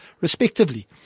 respectively